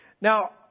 Now